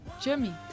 Jimmy